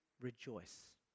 rejoice